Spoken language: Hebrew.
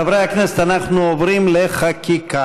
חברי הכנסת, אנחנו עוברים לחקיקה.